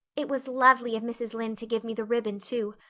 it was lovely of mrs. lynde to give me the ribbon too.